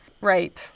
rape